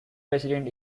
president